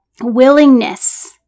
willingness